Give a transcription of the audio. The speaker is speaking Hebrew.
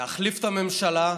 להחליף את הממשלה,